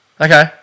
Okay